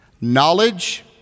knowledge